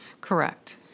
correct